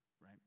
Right